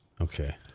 okay